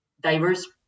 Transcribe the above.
diverse